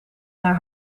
naar